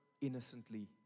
innocently